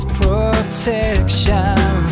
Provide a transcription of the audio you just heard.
protection